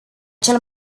cel